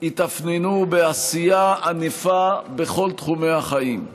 התאפיינו בעשייה ענפה בכל תחומי החיים.